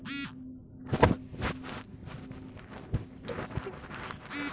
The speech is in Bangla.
টাকা কি অনলাইনে দেওয়া যাবে?